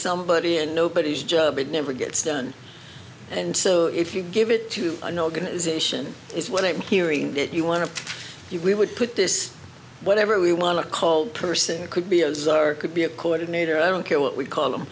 somebody and nobody is job it never gets done and so if you give it to an organisation is what i'm hearing that you want to you would put this whatever we want to call person it could be as our could be a coordinator i don't care what we call them